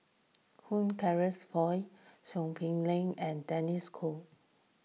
Hugh Charles Clifford Seow Poh Leng and Denis D'Cotta